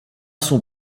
son